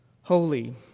holy